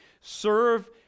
serve